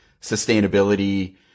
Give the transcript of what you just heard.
sustainability